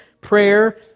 prayer